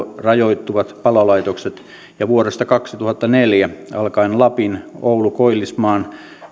rajoittuvat palolaitokset ja vuodesta kaksituhattaneljä alkaen lapin oulun koillismaan